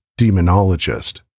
demonologist